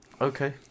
Okay